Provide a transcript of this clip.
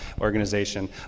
organization